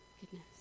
goodness